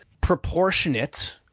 proportionate